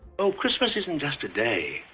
oh christmas isn't just a day,